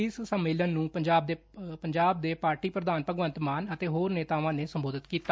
ਇਸ ਸੰਮੇਲਨ ਨੂੰ ਪੰਜਾਬ ਦੇ ਪਾਰਟੀ ਪ੍ਰਧਾਨ ਭਗਵੰਤ ਮਾਨ ਅਤੇ ਹੋਰ ਨੇਤਾਵਾਂ ਨੇ ਸੰਬੋਧਤ ਕੀਤਾ